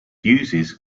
uses